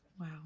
Wow